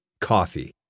Coffee